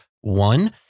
one